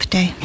Day